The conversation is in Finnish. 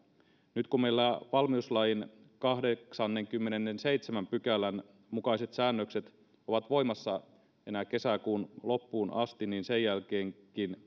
nyt kun meillä valmiuslain kahdeksannenkymmenennenseitsemännen pykälän mukaiset säännökset ovat voimassa enää kesäkuun loppuun asti niin sen jälkeen